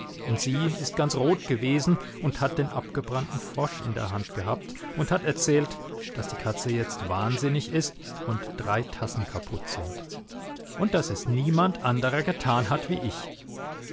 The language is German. und sie ist ganz rot gewesen und hat den abgebrannten frosch in der hand gehabt und hat erzählt daß die katze jetzt wahnsinnig ist und drei tassen kaputt sind und daß es niemand anderer getan hat wie ich